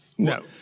No